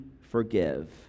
forgive